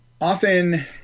often